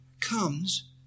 comes